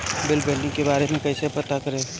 Bill pending के बारे में कईसे पता करब?